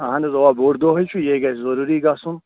اَہن حظ اَوا بوٚڈ دۄہ ہے چھُ یہِ گژھِ ضروٗری گژھُن